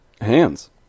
hands